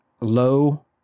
Low